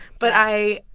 but i,